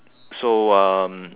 so um